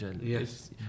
Yes